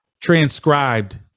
transcribed